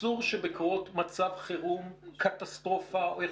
אסור שבקרות מצב חירום או קטסטרופה אנחנו